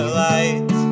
light